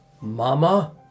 Mama